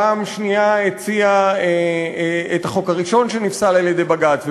בפעם השנייה היא הציעה את החוק הראשון שנפסל על-ידי בג"ץ,